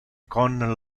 con